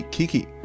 Kiki